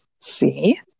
see